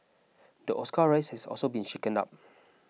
the Oscar race has also been shaken down